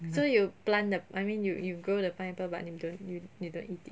so you plant the I mean you you grow the pineapple but you don't you don't eat it